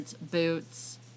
boots